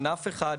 ענף אחד,